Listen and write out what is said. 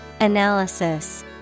Analysis